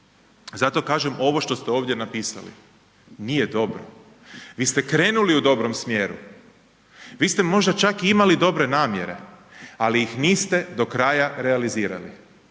Zato kažem ovo što ste ovdje napisali nije dobro. Vi ste krenuli u dobrom smjeru, vi ste možda čak i imali dobre namjere ali ih niste do kraja realizirali.